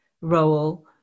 role